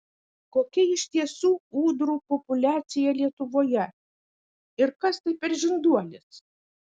kokia iš tiesų ūdrų populiacija lietuvoje ir kas tai per žinduolis